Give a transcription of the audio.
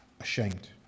ashamed